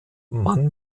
man